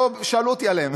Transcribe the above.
לא שאלו אותי עליהם,